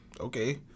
okay